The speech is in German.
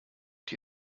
die